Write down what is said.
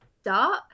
start